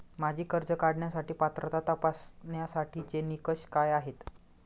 माझी कर्ज काढण्यासाठी पात्रता तपासण्यासाठीचे निकष काय आहेत?